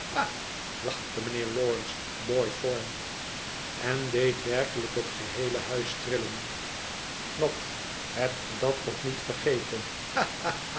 lachte mijnheer lawrence boythorn en deed werkelijk hetgeheele huis truien wat hebt ge dat nog niet vergeten